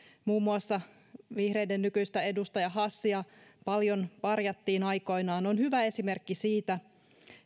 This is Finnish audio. muun muassa vihreiden nykyistä edustaja hassia paljon parjattiin aikoinaan on hyvä esimerkki siitä